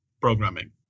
programming